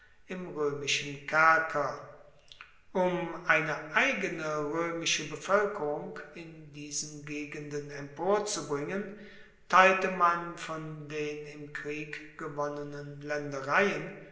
im roemischen kerker um eine eigene roemische bevoelkerung in diesen gegenden emporzubringen teilte man von den im krieg gewonnenen laendereien